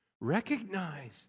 Recognize